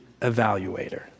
evaluator